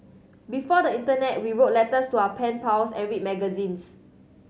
before the internet we wrote letters to our pen pals and read magazines